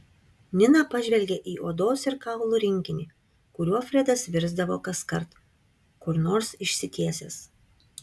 nina pažvelgė į odos ir kaulų rinkinį kuriuo fredas virsdavo kaskart kur nors išsitiesęs